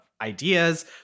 ideas